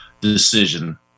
decision